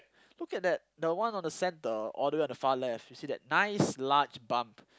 look at that the one on the centre all the way on the far left you see that nice large bump